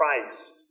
Christ